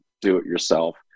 do-it-yourself